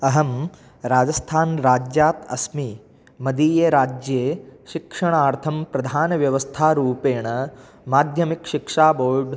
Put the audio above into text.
अहं राजस्थानराज्यात् अस्मि मदीये राज्ये शिक्षणार्थं प्रधानव्यवस्थारूपेण माध्यमिकशिक्षाबोर्ड्